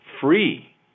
free